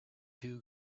two